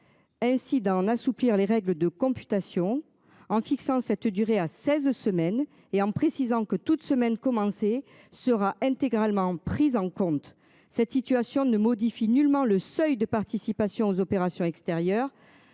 Ainsi d'en assouplir les règles de computation en fixant cette durée à 16 semaines et en précisant que toute semaine commencer sera intégralement pris en compte cette situation ne modifie nullement le seuil de participation aux opérations extérieures